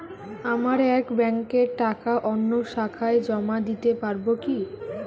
আমার এক ব্যাঙ্কের টাকা অন্য শাখায় জমা দিতে পারব কি?